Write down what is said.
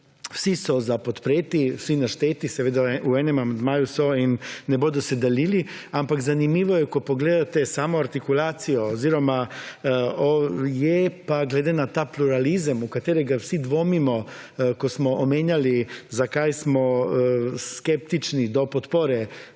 vsi so za podpreti, vsi našteti, seveda, v enem amandmaju so in ne bodo se delili. Ampak zanimivo je ko pogledate samo artikulacijo oziroma je pa glede na ta pluralizem v katerega vsi dvomimo ko smo omenjali zakaj samo skeptični do podpore